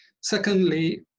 Secondly